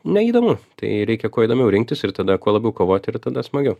neįdomu tai reikia kuo įdomiau rinktis ir tada kuo labiau kovoti ir tada smagiau